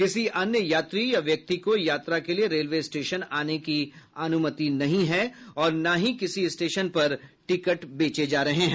किसी अन्य यात्री या व्यक्ति को यात्रा के लिए रेलवे स्टेशन आने की अनुमति नहीं है और न ही किसी स्टेशन पर टिकट बेचे जा रहे हैं